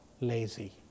lazy